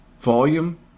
volume